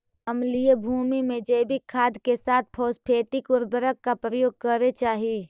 अम्लीय भूमि में जैविक खाद के साथ फॉस्फेटिक उर्वरक का प्रयोग करे चाही